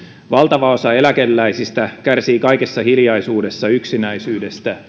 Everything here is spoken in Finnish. valtava osa eläkeläisistä kärsii kaikessa hiljaisuudessa yksinäisyydestä